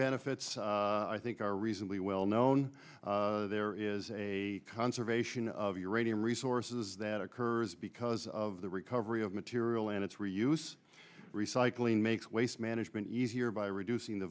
benefits i think are reasonably well known there is a conservation of uranium resources that occurs because of the recovery of material and it's reuse recycling makes waste management easier by reducing the